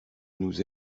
nous